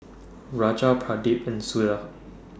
Raja Pradip and Suda